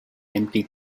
empty